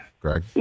Greg